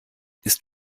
ist